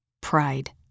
pride